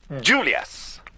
Julius